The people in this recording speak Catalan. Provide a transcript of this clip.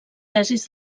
tesis